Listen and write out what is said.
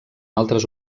altres